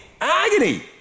agony